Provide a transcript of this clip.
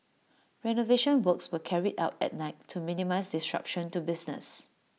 renovation works were carried out at night to minimise disruption to business